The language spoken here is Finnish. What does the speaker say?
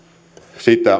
sitä